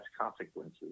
consequences